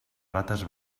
rates